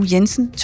Jensen